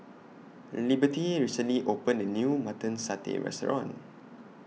Liberty recently opened A New Mutton Satay Restaurant